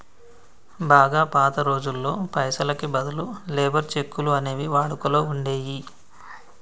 బాగా పాత రోజుల్లో పైసలకి బదులు లేబర్ చెక్కులు అనేవి వాడుకలో ఉండేయ్యి